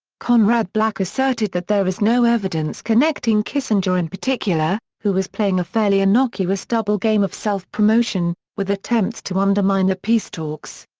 conrad black asserted that there is no evidence connecting kissinger in particular, who was playing a fairly innocuous double game of self-promotion, with attempts to undermine the peace talks.